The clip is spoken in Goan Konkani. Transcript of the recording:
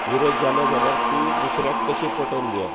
विरोध जालो जाल्यार ती दुसऱ्याक कशी पटोन दिवप